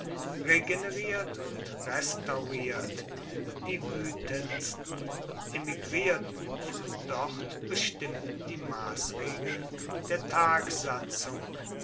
regeneriert und restauriert die wuetendsten emigrierten von dort bestimmten die massregeln der tagsatzung